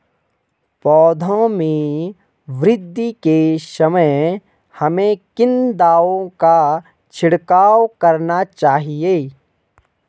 पौधों में वृद्धि के समय हमें किन दावों का छिड़काव करना चाहिए?